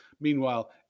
Meanwhile